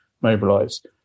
mobilize